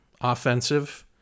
offensive